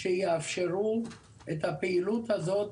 שיאפשרו את הפעילות הזאת,